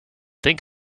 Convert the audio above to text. think